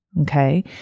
Okay